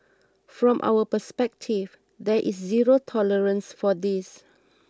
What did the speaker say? from our perspective there is zero tolerance for this